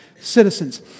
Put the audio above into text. citizens